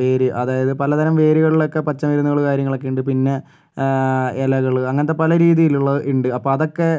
വേര് അതായത് പലതരം വേരുകളിലൊക്കെ പച്ചമരുന്നുകൾ കാര്യങ്ങളൊക്കെ ഉണ്ട് പിന്നെ ഇലകൾ അങ്ങനത്തെ പല രീതിയിലുള്ള ഉണ്ട് അപ്പം അതൊക്കെ